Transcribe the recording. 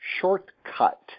shortcut